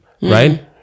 right